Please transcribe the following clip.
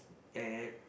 at